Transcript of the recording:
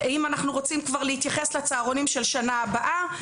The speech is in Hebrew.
אם אנחנו רוצים כבר להתייחס לצהרונים של השנה הבאה,